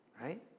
Right